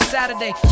Saturday